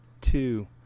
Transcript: Two